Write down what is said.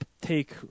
take